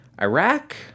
Iraq